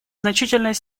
значительной